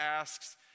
asks